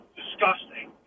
disgusting